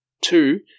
Two